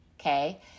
okay